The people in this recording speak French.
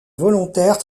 volontaires